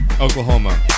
Oklahoma